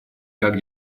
как